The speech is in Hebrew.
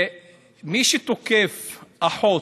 ומי שתוקף אחות,